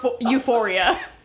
euphoria